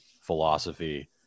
philosophy